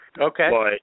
Okay